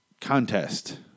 contest